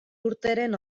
urteren